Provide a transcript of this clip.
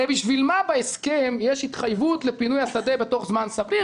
הרי בשביל מה בהסכם יש התחייבות לפינוי השדה תוך זמן סביר?